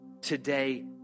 today